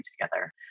together